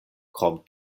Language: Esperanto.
krom